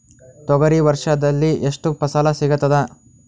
ತೊಗರಿ ವರ್ಷದಲ್ಲಿ ಎಷ್ಟು ಫಸಲ ಸಿಗತದ?